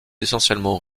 essentiellement